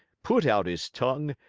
put out his tongue,